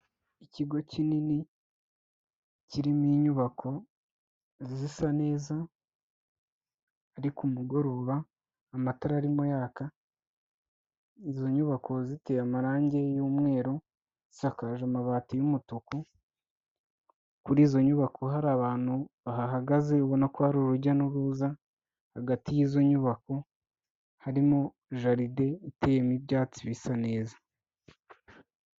Ikigo kinini kirimo inyubako zisa neza, ari ku mugoroba amatara arimo yaka, izo nyubako ziteye amarangi y'umweru zisakaje amabati y'umutuku, kuri izo nyubako hari abantu bahahagaze ubona ko hari urujya n'uruza, hagati y'izo nyubako harimo jaride iteyemo ibyatsi bisa neza.